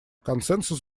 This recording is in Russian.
консенсус